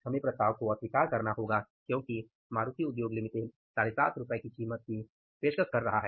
हमें प्रस्ताव को अस्वीकार करना होगा क्योंकि MUL 75 रु कीमत की पेशकश कर रहा है